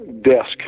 desk